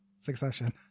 Succession